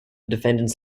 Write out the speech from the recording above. defendants